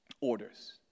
orders